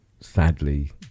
sadly